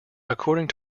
according